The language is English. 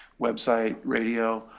website, radio,